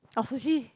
or sushi